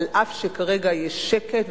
אף שכרגע יש שקט,